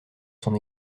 son